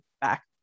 back